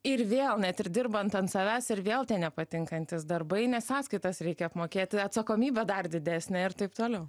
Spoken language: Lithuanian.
ir vėl net ir dirbant ant savęs ir vėl tie nepatinkantys darbai nes sąskaitas reikia apmokėti atsakomybė dar didesnė ir taip toliau